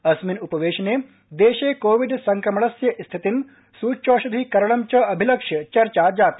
अस्मिन उपवेशने देशे कोविड संक्रमस्य स्थितिं सुच्यौषधिकरणम अभिलक्ष्य च चर्चा जाता